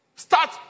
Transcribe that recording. Start